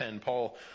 Paul